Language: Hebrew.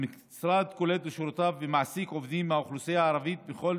המשרד קולט לשורותיו ומעסיק עובדים מהאוכלוסייה הערבית בכל